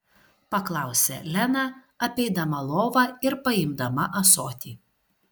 paklausė lena apeidama lovą ir paimdama ąsotį